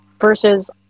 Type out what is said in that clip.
versus